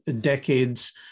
decades